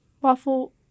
waffle